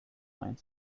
find